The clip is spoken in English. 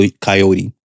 Coyote